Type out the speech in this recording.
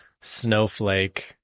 Snowflake